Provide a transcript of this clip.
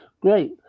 Great